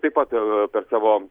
taip pat per savo